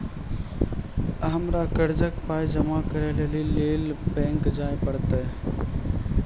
हमरा कर्जक पाय जमा करै लेली लेल बैंक जाए परतै?